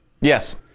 yes